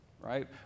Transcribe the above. right